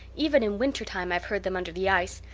even in winter-time i've heard them under the ice.